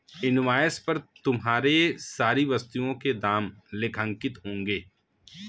invoice पर तुम्हारे सारी वस्तुओं के दाम लेखांकित होंगे